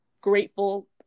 grateful